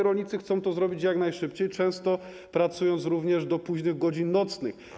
Rolnicy chcą to zrobić jak najszybciej, często pracując do późnych godzin nocnych.